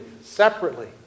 separately